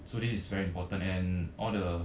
so this is very important and all the